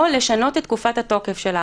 או לשנות את תקופת התוקף של ההכרזה.